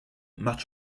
march